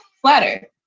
flatter